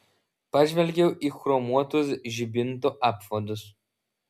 pažvelgiau į chromuotus žibintų apvadus